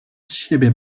siebie